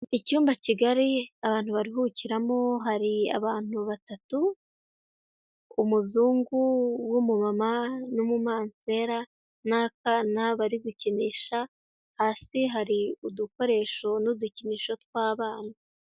Icyumba kigari abantu baruhukiramo hari abantu batatu umuzungu w'umumama n'umumansera n'akana bari gukinisha, hasi hari udukoresho n'udukinisho tw'abana.